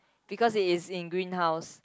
because it is in greenhouse